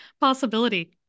possibility